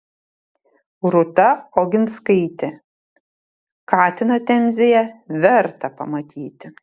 rūta oginskaitė katiną temzėje verta pamatyti